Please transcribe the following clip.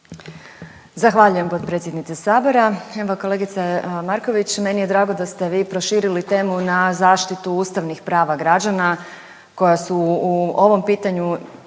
Zahvaljujem potpredsjednice Sabora. Evo kolegice Marković meni je drago da ste vi proširili temu na zaštitu ustavnih prava građana koja su u ovom pitanju